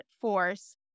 force